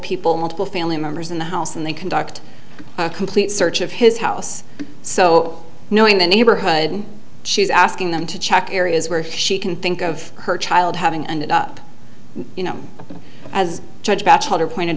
people multiple family members in the house and they conduct a complete search of his house so knowing the neighborhood she's asking them to check areas where she can think of her child having ended up you know as judge batchelder pointed